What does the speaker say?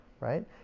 right